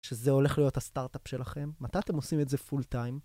שזה הולך להיות הסטארט-אפ שלכם? מתי אתם עושים את זה פול טיים?